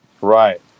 right